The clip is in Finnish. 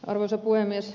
arvoisa puhemies